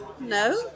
No